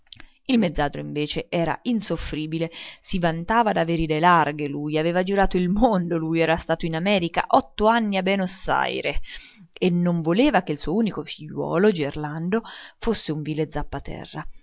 il mezzadro invece era insoffribile si vantava d'aver idee larghe lui aveva girato il mondo lui era stato in america otto anni a benossarie e non voleva che il suo unico figliuolo gerlando fosse un vile zappaterra